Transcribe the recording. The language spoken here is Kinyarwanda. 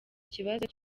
kibazo